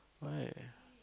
why